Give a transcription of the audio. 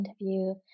interview